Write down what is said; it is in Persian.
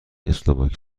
اسلواکی